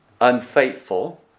unfaithful